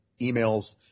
emails